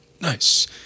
Nice